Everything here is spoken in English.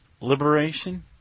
Liberation